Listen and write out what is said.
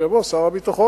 שיבוא שר הביטחון,